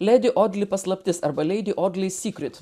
ledi odli paslaptis arba lady audleys secret